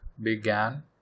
began